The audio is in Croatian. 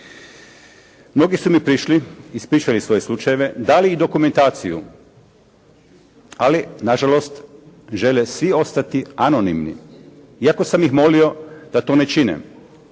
Mnogi su mi prišli, ispričali svoje slučajeve, dali dokumentaciju, ali nažalost, žele svi ostati anonimni, iako sam ih molio da to ne čine.